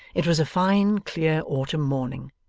it was a fine, clear, autumn morning,